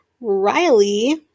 riley